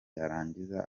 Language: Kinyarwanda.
yarangiza